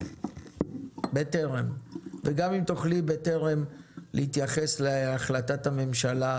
בטרם, וגם אם תוכלי להתייחס להחלטת הממשלה